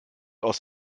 aus